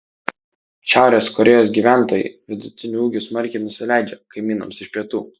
šiaurės korėjos gyventojai vidutiniu ūgiu smarkiai nusileidžia kaimynams iš pietų